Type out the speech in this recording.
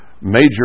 major